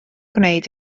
gwneud